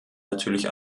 natürlich